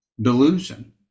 delusion